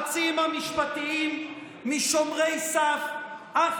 הפיכת היועצים המשפטיים משומרי סף אך